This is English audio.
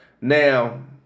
Now